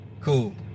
Cool